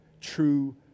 true